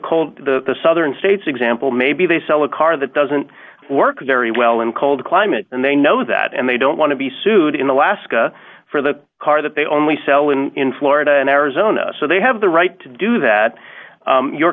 cold the southern states example maybe they sell a car that doesn't work very well in cold climates and they know that and they don't want to be sued in alaska for the car that they only sell when in florida and arizona so they have the right to do that you're